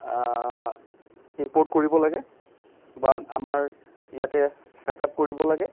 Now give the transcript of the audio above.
import কৰিব লাগে বা আমাৰ ইয়াতে ছেট আপ কৰিব লাগে